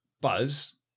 Buzz